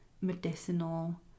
medicinal